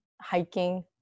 hiking